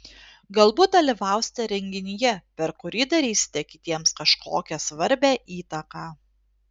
galbūt dalyvausite renginyje per kurį darysite kitiems kažkokią svarbią įtaką